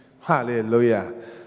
Hallelujah